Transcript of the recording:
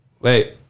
wait